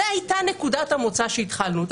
זו הייתה נקודת המוצא שהתחלנו בה.